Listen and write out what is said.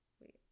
wait